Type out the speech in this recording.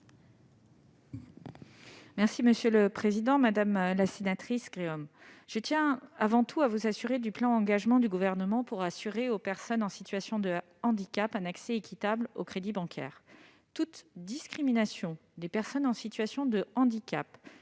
Mme la ministre déléguée. Madame la sénatrice Gréaume, je tiens avant tout à vous assurer du plein engagement du Gouvernement pour assurer aux personnes en situation de handicap un accès équitable au crédit bancaire. Toute discrimination des personnes en situation de handicap